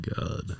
God